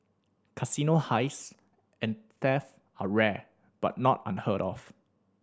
casino heists and theft are rare but not unheard of